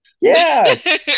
Yes